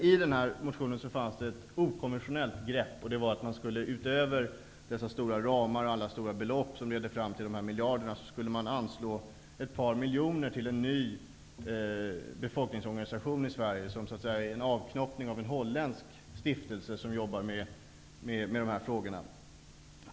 I den här motionen fanns det ett okonventionellt grepp. Det var att man, utöver dessa stora ramar och alla stora belopp som leder fram till dessa miljarder, skulle anslå ett par miljoner till en ny befolkningsorganisation i Sverige. Den skulle bli en avknoppning från en holländsk stiftelse som jobbar med de här frågorna.